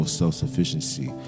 self-sufficiency